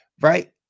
right